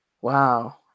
Wow